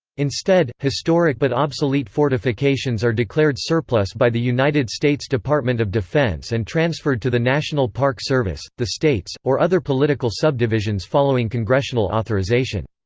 instead, historic but obsolete fortifications are declared surplus by the united states department of defense and transferred to the national park service, the states, or other political subdivisions following congressional authorization.